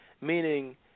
meaning